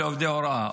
בשביל עובדי הוראה?